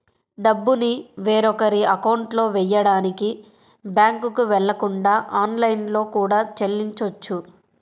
డబ్బుని వేరొకరి అకౌంట్లో వెయ్యడానికి బ్యేంకుకి వెళ్ళకుండా ఆన్లైన్లో కూడా చెల్లించొచ్చు